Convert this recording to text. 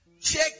Check